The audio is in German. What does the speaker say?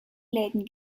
läden